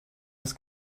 das